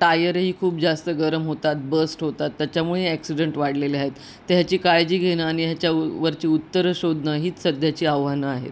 टायरही खूप जास्त गरम होतात बस्ट होतात त्याच्यामुळे ॲक्सिडेंट वाढलेले आहेत तर ह्याची काळजी घेणं आणि ह्याच्या वरची उत्तरं शोधणं हीच सध्याची आव्हानं आहेत